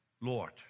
Lord